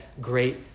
great